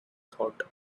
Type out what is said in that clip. thought